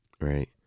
Right